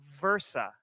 Versa